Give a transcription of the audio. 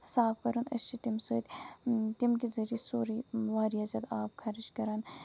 صاف کَرُن أسۍ چھِ تَمہِ سۭتۍ تَمہِ کہِ ذٔریعہٕ سورُے واریاہ زیادٕ آب خَرٕچ کران